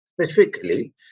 specifically